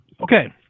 Okay